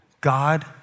God